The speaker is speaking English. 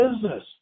business